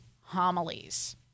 homilies